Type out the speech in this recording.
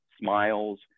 smiles